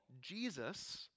Jesus